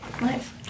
Nice